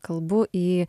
kalbu į